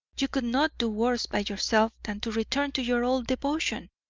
you could not do worse by yourself than to return to your old devotion.